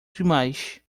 demais